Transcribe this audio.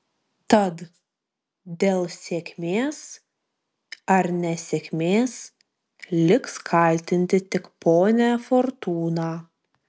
tad dėl sėkmės ar nesėkmės liks kaltinti tik ponią fortūną